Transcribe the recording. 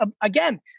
Again